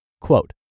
Quote